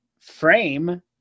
frame